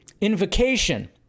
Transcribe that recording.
invocation